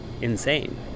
insane